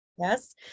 yes